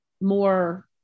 more